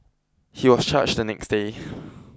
he was charged the next day